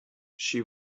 she